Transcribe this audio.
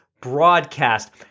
broadcast